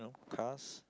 cars